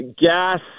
gas